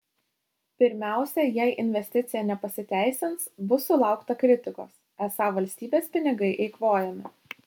pirmiausia jei investicija nepasiteisins bus sulaukta kritikos esą valstybės pinigai eikvojami